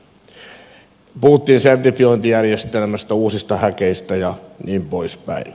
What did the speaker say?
puhuttiin sertifiointijärjestelmästä uusista häkeistä ja niin pois päin